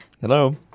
Hello